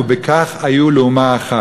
ובכך היו לאומה אחת.